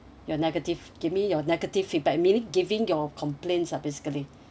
your negative give me your negative feedback meaning giving your complaints uh basically